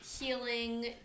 healing